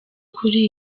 kuri